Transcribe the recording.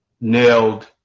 nailed